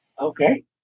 Okay